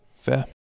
fair